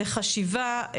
לחשיבה,